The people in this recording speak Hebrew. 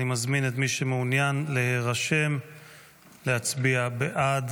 אני מזמין את מי שמעוניין להירשם להצביע בעד.